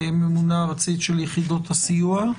ממונה ארצית של יחידות הסיוע.